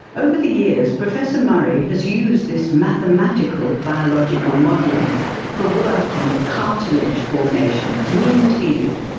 over the years, professor murray has used this mathematical biological modelling for work on cartilage formation, wound healing,